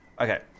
Okay